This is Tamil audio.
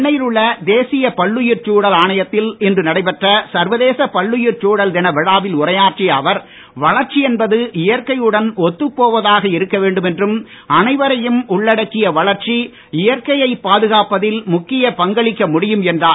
சென்னையில் உள்ள தேசிய பல்லுயிர்ச் சூழல் ஆணையத்தில் இன்று நடைபெற்ற சர்வதேச பல்லுயிர்ச் சூழல் தின விழாவில் உரையாற்றிய அவர் வளர்ச்சி என்பது இயற்கையுடன் ஒத்துப் போவதாக இருக்க வேண்டும் என்றும் அனைவரையும் உள்ளடக்கிய வளர்ச்சி இயற்கையை பாதுகாப்பதில் முக்கிய பங்களிக்க முடியும் என்றார்